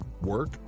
work